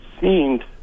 seemed